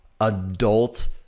adult